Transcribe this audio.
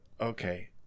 Okay